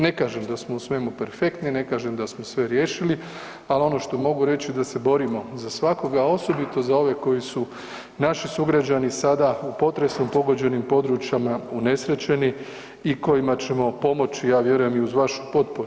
Ne kažem da smo u svemu perfektni, ne kažem da smo sve riješili ali ono što mogu reći, da se borimo za svakoga a osobito za ovi koji su naši sugrađani sada u potresu pogođenim područjima unesrećeni i kojima ćemo pomoći ja vjerujem i uz vašu potporu.